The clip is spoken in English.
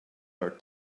our